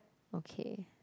okay